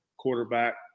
quarterback